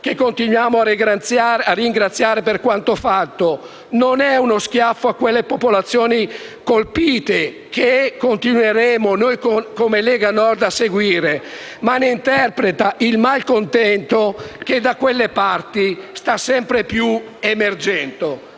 che continuiamo a ringraziare per quanto fatto. Non è uno schiaffo alle popolazioni colpite, che continueremo, come Lega Nord, a seguire, ma ne interpreta il malcontento, che da quelle parti sta sempre più emergendo.